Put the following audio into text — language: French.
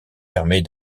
permet